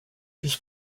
his